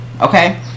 Okay